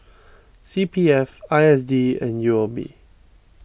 C P F I S D and U O B